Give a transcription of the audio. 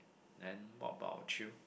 then what about you